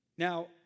Now